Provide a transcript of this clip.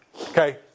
Okay